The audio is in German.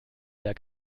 der